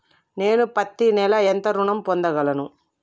నేను పత్తి నెల ఎంత ఋణం పొందగలను?